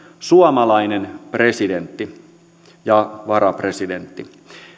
suomalainen presidentti ja varapresidentti